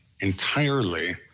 entirely